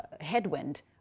headwind